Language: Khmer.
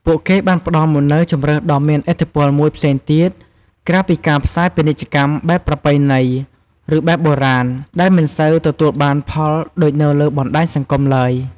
ពួកគេបានផ្ដល់មកនូវជម្រើសដ៏មានឥទ្ធិពលមួយផ្សេងទៀតក្រៅពីការផ្សាយពាណិជ្ជកម្មបែបប្រពៃណីឬបែបបុរាណដែលដែលមិនសូវទទួលបានផលដូចនៅលើបណ្ដាយសង្គមទ្បើយ។